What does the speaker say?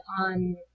on